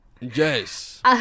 Yes